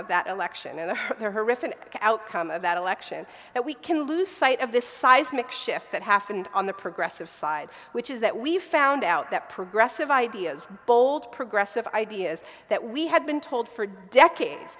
of that election and the horrific outcome of that election that we can lose sight of this seismic shift that happened on the progressive side which is that we found out that progressive ideas bold progressive ideas that we had been told for decades